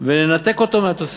וננתק אותו מהתוספת,